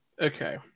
Okay